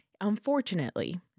unfortunately